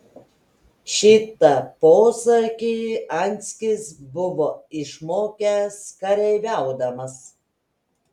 šitą posakį anskis buvo išmokęs kareiviaudamas